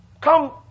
come